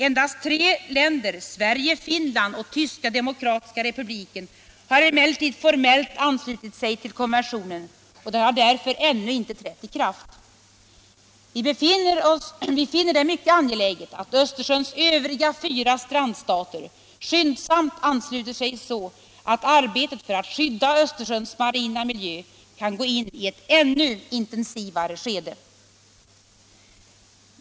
Endast tre länder, Sverige, Finland och Tyska demokratiska republiken, har emellertid formellt anslutit sig till konventionen och den har därför ännu inte trätt i kraft. Vi finner det mycket angeläget att Östersjöns övriga fyra strandstater skyndsamt ansluter sig, så att arbetet för att skydda Östersjöns marina miljö kan gå in i ett ännu intensivare skede.